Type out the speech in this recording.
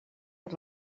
per